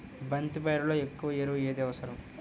బంతి పైరులో ఎక్కువ ఎరువు ఏది అవసరం?